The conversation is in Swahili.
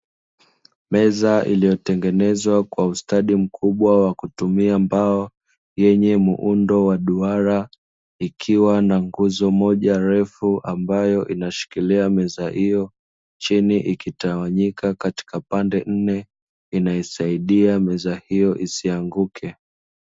Mbeza iliyotengenezwa kwa ustadi mkubwa wa kutumia mbao, yenye muundo wa duara, ikiwa na nguzo moja ndefu ambayo inashikilia meza hiyo, chini ikitawanyika katika pande nne, inaisaidia meza hiyo isianguke.